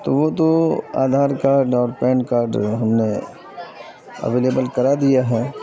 تو وہ تو آدھار کارڈ اور پین کارڈ ہم نے اویلیبل کرا دیا ہے